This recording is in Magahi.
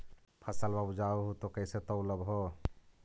फसलबा उपजाऊ हू तो कैसे तौउलब हो?